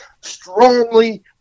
strongly